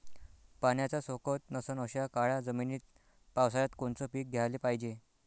पाण्याचा सोकत नसन अशा काळ्या जमिनीत पावसाळ्यात कोनचं पीक घ्याले पायजे?